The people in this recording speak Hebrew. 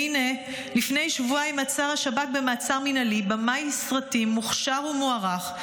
והינה לפני שבועיים עצר השב"כ במעצר מינהלי במאי סרטים מוכשר ומוערך,